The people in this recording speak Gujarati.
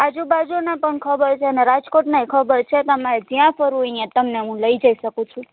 આજુબાજુના પણ ખબર છે અને રાજકોટનાય ખબર છે તમારે જ્યાં જવું છે ત્યાં તમને લઈ જઈ શકું છું